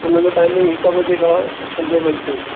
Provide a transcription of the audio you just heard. हुनजो टाइम हिकु वजे खां पंजे वजे ताईं